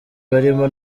barimo